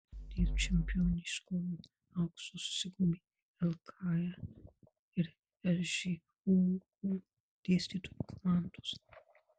dėl čempioniškojo aukso susigrūmė lka ir lžūu dėstytojų komandos